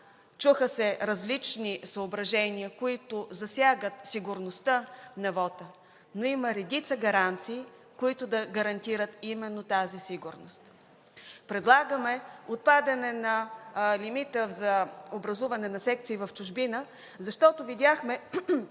чуха се различни съображения, които засягат сигурността на вота, но има редица гаранции, които да гарантират именно тази сигурност. Предлагаме отпадане на лимита за образуване на секции в чужбина, защото видяхме